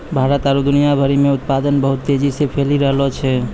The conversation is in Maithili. भारत आरु दुनिया भरि मे उत्पादन बहुत तेजी से फैली रैहलो छै